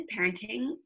parenting